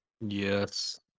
Yes